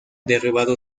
derribado